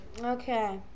Okay